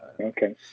Okay